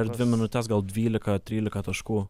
per dvi minutes gal dvylika trylika taškų